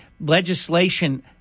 legislation